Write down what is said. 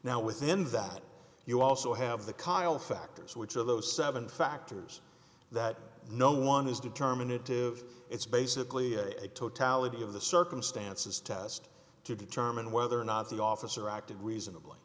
now within that you also have the kyle factors which of those seven factors that no one is determined to of it's basically a totality of the circumstances test to determine whether or not the officer acted reasonably